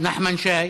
נחמן שי,